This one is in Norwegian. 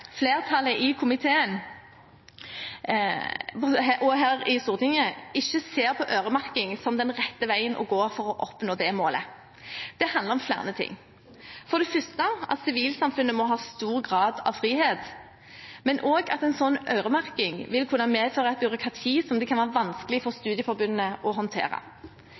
i komiteen og på Stortinget ikke ser på en øremerking som den rette veien å gå for å oppnå det målet. Det handler om flere ting, for det første at sivilsamfunnet må ha stor grad av frihet, men også at en slik øremerking vil kunne medføre et byråkrati som det kan være vanskelig for studieforbundene å håndtere.